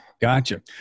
Gotcha